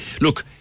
look